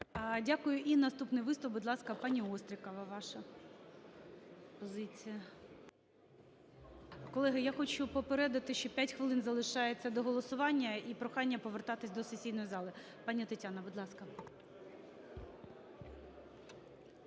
Дякую. І наступний виступ. Будь ласка, паніОстрікова, ваша позиція. Колеги, я хочу попередити, що 5 хвилин залишається до голосування і прохання повертатись до сесійної зали. Пані Тетяна, будь ласка.